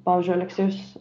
pavyzdžiui aleksėjus